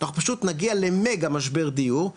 אנחנו פשוט נגיע למגה משבר דיור,